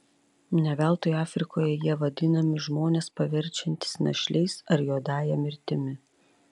ne veltui afrikoje jie vadinami žmones paverčiantys našliais ar juodąja mirtimi